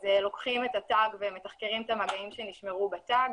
אז לוקחים את התג ומתחקרים את מגעים שנשמרו בתג.